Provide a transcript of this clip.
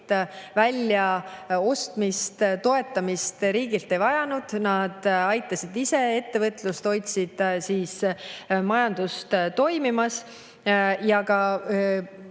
väljaostmist ega toetamist riigilt ei vajanud, nad aitasid ise ettevõtlust, hoidsid majandust toimimas. Ja ka